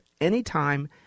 anytime